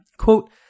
Quote